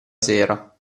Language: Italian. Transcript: sera